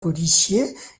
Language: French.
policiers